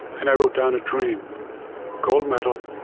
and i wrote down a dream gold medal,